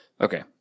Okay